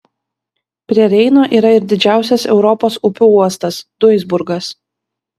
prie reino yra ir didžiausias europos upių uostas duisburgas